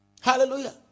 Hallelujah